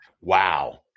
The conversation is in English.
Wow